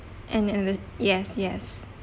and and the yes yes